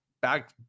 back